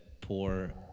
poor